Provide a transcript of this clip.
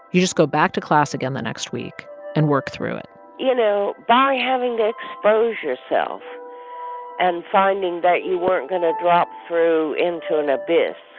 you just go back to class again the next week and work through it you know, by having to expose yourself and finding that you weren't going to drop through into an abyss,